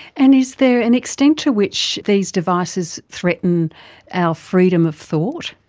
and is there an extent to which these devices threaten our freedom of thought?